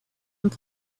and